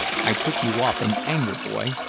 i took you off in anger, boy,